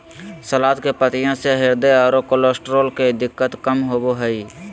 सलाद के पत्तियाँ से हृदय आरो कोलेस्ट्रॉल के दिक्कत कम होबो हइ